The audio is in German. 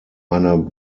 eine